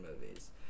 movies